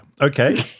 Okay